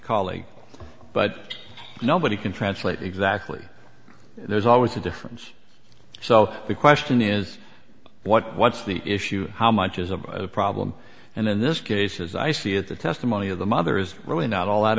colleague but nobody can translate exactly there's always a difference so the question is what what's the issue how much is a problem and in this case as i see it the testimony of the mother is really not all that